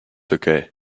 okay